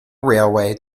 railway